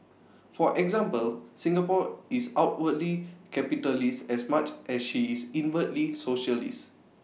for example Singapore is outwardly capitalist as much as she is inwardly socialist